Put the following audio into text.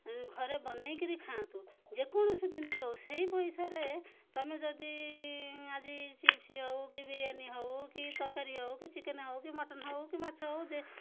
ଘରେ ବନେଇକିରି ଖାଆନ୍ତୁ ଯେକୌଣସି ଜିନିଷ ହଉ ସେଇ ପଇସାରେ ତମେ ଯଦି ଆଜି ଚିପ୍ସ ହଉ କି ବିରିୟାନୀ ହଉ କି ତରକାରୀ ହଉ କି ଚିକେନ ହଉ କି ମଟନ ହଉ କି ମାଛ ହଉ ଯେ